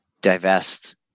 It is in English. divest